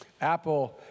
Apple